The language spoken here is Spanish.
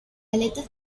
aletas